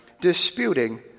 disputing